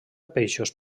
peixos